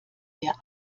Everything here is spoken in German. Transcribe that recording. der